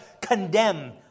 condemn